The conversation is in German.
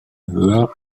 höher